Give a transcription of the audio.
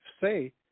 say